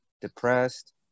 depressed